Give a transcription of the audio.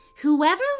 Whoever